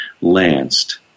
lanced